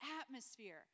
Atmosphere